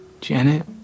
Janet